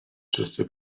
czysty